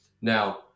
Now